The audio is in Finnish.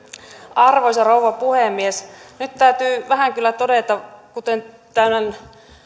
arvoisa rouva puhemies nyt täytyy vähän kyllä todeta kuten tämän